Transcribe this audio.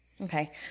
Okay